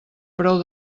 prou